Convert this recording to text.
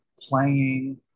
playing